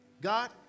God